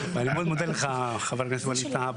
אני מאוד מודה לך חבר הכנסת ווליד טאהא.